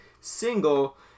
single